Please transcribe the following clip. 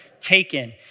taken